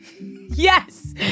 Yes